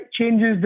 changes